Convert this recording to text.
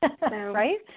Right